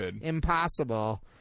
impossible